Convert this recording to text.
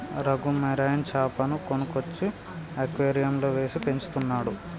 Raghu marine చాపను కొనుక్కొచ్చి అక్వేరియంలో వేసి పెంచుతున్నాడు